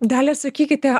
dalia sakykite